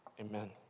Amen